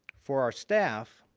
for our staff,